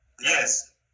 Yes